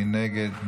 מי נגד?